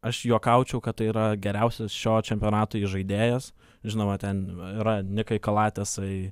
aš juokaučiau kad tai yra geriausias šio čempionato įžaidėjas žinoma ten yra nikai kalatesai